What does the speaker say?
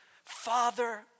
Father